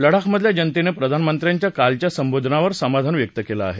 लडाखमधल्या जनतेनं सुद्धा प्रधानमंत्र्याच्या कालच्या संबोधनावर समाधान व्यक्त केलं आहे